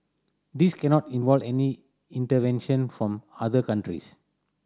this cannot involve any intervention from other countries